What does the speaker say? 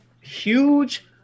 huge